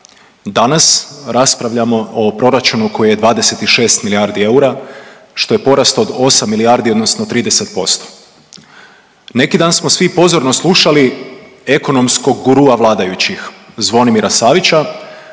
Danas raspravljamo o proračunu koji je 26 milijardi eura što je porast od 8 milijardi odnosno 30%. Neki dan smo svi pozorno slušali ekonomskog gurua vladajućih Zvonimira Savića